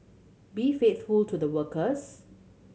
be faithful to the workers